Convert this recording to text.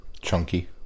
Chunky